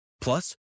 Plus